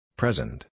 present